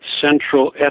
central